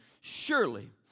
surely